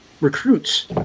recruits